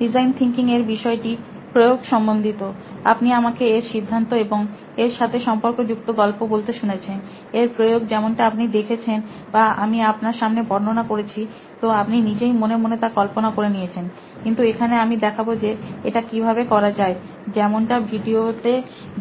design thinking এর বিষয়টি প্রয়োগ সম্বন্ধিত আপনি আমাকে এর সিদ্ধান্ত এবং এর সাথে সম্পর্ক যুক্ত গল্প বলতে শুনেছেন এর প্রয়োগ যেমনটা আপনি দেখেছেন বা আমি আপনার সামনে বর্ণনা করেছি তো আপনি নিজেই মনে মনে তা কল্পনা করে নিয়েছেন কিন্তু এখানে আমি দেখাব যে এটা কিভাবে করা যায় যেমনটা ভিডিওতে